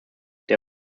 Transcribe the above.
der